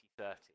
2030